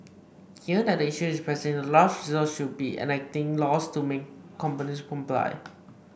given that the issue is pressing the last resort would be enacting laws to make companies comply